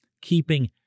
keeping